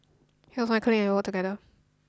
he was my colleague and we worked together